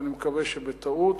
ואני מקווה שבטעות,